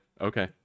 okay